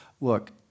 look